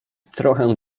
trochę